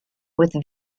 with